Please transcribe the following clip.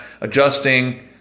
adjusting